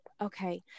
Okay